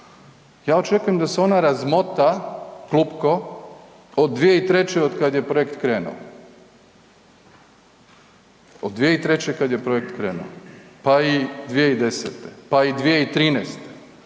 ja očekujem da se ona razmota, klupko, od 2003. od kad je projekt krenuo, od 2003. kad je projekt krenuo, pa i 2010., pa i 2013.,